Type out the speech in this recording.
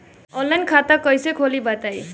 Online खाता कइसे खोली बताई?